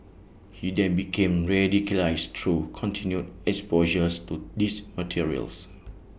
he then became radicalised through continued exposures to these materials